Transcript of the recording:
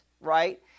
right